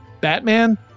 Batman